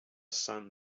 sun